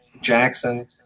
Jackson